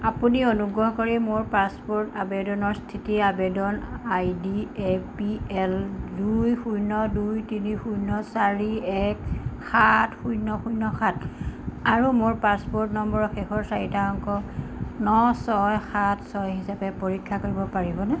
আপুনি অনুগ্ৰহ কৰি মোৰ পাছপোৰ্ট আবেদনৰ স্থিতি আবেদন আইডি এ পি এল দুই শূণ্য দুই তিনি শূণ্য চাৰি এক সাত শূণ্য শূণ্য সাত আৰু মোৰ পাছপোৰ্ট নম্বৰৰ শেষৰ চাৰিটা অংক ন ছয় সাত ছয় হিচাপে পৰীক্ষা কৰিব পাৰিবনে